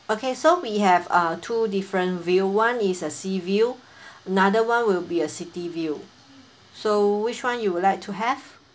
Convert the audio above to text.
okay so we have a two different view one is a sea view another [one] will be a city view so which [one] you would like to have